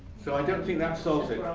so i don't think that solves it,